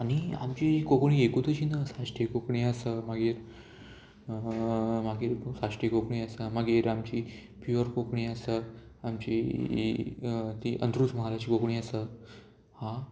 आनी आमची कोंकणी एकूत अशी ना साश्टी कोंकणी आसा मागीर मागीर साश्टीय कोंकणी आसा मागीर आमची प्युअर कोंकणी आसा आमची ती अंत्रुज महालाची कोंकणी आसा हा